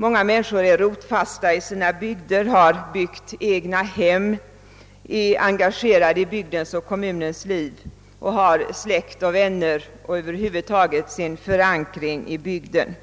Många människor är rotfasta i sina bygder, har byggt egna hem, är engagerade i bygdens och kommunens liv och har släkt och vänner och över huvud taget sin förankring i bygden.